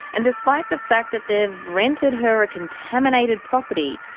and despite the fact that they've rented her a contaminated property,